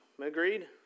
agreed